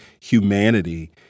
humanity